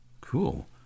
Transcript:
Cool